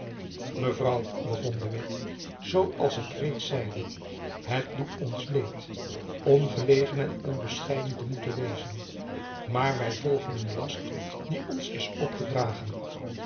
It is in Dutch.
mevrouw begon de witt zoo als ik reeds zeide het doet ons leed ongelegen en onbescheiden te moeten wezen maar wy volgen een last die ons is opgedragen